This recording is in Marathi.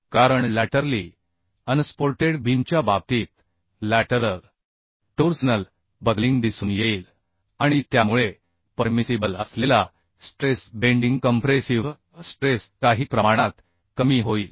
कारण लॅटरली अनसपोर्टेड बीमच्या बाबतीत लॅटरल टोर्सनल बकलिंग दिसून येईल आणि त्यामुळे परमिसिबल असलेला स्ट्रेस बेंडिंग कंप्रेसिव्ह स्ट्रेस काही प्रमाणात कमी होईल